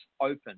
open